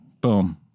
Boom